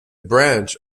branch